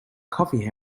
coffee